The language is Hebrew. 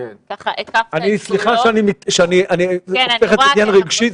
סליחה שהייתי קצת רגשי.